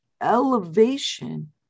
elevation